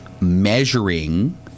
measuring